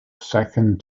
second